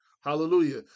Hallelujah